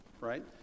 right